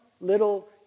little